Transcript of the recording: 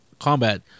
combat